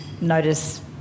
notice